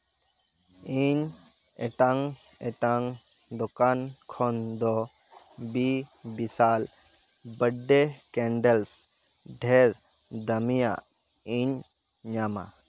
ᱤᱧ ᱮᱴᱟᱜ ᱮᱴᱟᱜ ᱫᱚᱠᱟᱱ ᱠᱷᱚᱱ ᱫᱚ ᱵᱤ ᱵᱤᱥᱟᱞ ᱵᱟᱨᱛᱷ ᱰᱮ ᱠᱮᱱᱰᱮᱞᱥ ᱰᱷᱮᱨ ᱫᱟᱹᱢᱤᱭᱟᱜ ᱤᱧ ᱧᱟᱢᱟ